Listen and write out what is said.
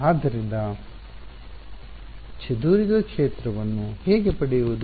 ಆದ್ದರಿಂದ ಚದುರಿದ ಕ್ಷೇತ್ರವನ್ನು ಹೇಗೆ ಪಡೆಯುವುದು